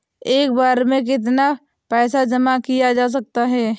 एक बार में कितना पैसा जमा किया जा सकता है?